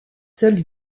seule